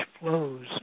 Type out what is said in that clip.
flows